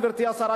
גברתי השרה,